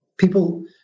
People